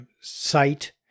site